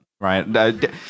right